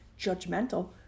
judgmental